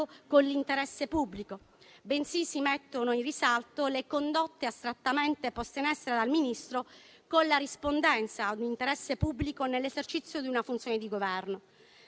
con l'interesse pubblico, bensì si mettono in risalto le condotte astrattamente poste in essere dal Ministro con la rispondenza a un interesse pubblico nell'esercizio di una funzione di Governo.